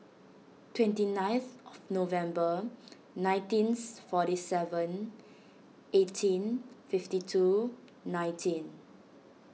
twenty ninth of November nineteenth forty seven eighteen fifty two nineteen